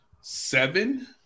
seven